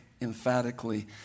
emphatically